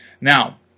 Now